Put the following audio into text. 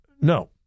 No